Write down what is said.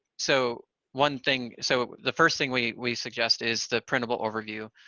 so one thing so the first thing we we suggest is the printable overview.